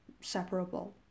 separable